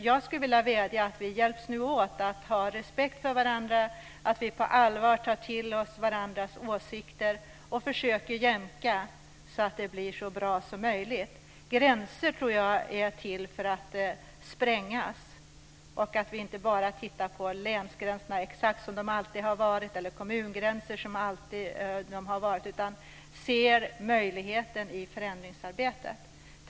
Jag skulle vilja vädja om att vi nu hjälps åt att ha respekt för varandra, att vi på allvar tar till oss varandras åsikter och försöker jämka så att det blir så bra som möjligt. Gränser tror jag är till för att sprängas. Vi får inte bara titta på länsgränserna och kommungränserna exakt som de alltid har varit utan måste se möjligheten i förändringsarbetet.